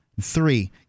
Three